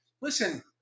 Listen